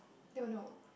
it will not work